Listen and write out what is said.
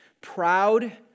proud